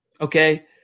okay